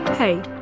Hey